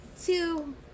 Two